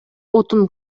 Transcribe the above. отун